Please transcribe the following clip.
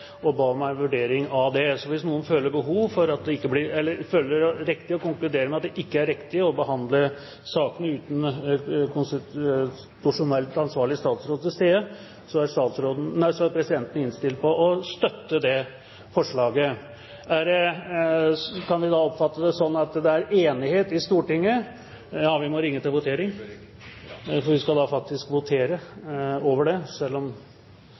og ba om en vurdering av det. Hvis noen føler det riktig å konkludere med at det ikke er riktig å behandle sakene uten den konstitusjonelt ansvarlige statsråd til stede, er presidenten innstilt på å støtte det forslaget. Vi skal da votere over forslaget fra representanten Øyvind Korsberg. Presidenten vil ikke bli overrasket om det blir en enstemmig konklusjon. Etter at det var ringt til votering, uttalte Vi er klare til å gå til votering. Da fortsetter vi behandlingen av dagsordenen. Det er fremmet forslag om